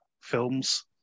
films